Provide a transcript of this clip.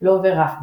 לא עובר רף מסוים.